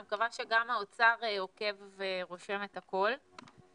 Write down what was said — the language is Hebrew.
אני מקווה שגם האוצר עוקב ורושם את הכול.